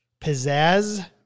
pizzazz